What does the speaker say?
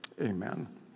amen